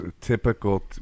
typical